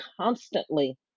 constantly